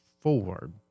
forward